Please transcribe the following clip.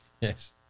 Yes